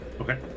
Okay